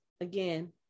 Again